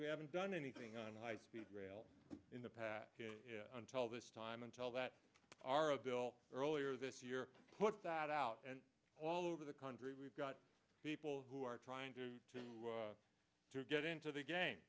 we haven't done anything on high speed rail in the past until this time until that are a bill earlier this year put that out and all over the country we've got people who are trying to get into the game